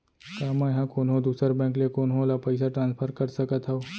का मै हा कोनहो दुसर बैंक ले कोनहो ला पईसा ट्रांसफर कर सकत हव?